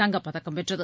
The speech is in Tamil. தங்கப்பதக்கம் வென்றது